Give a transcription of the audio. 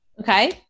Okay